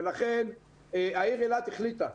לכן העיר אילת החליטה,